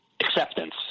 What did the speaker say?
acceptance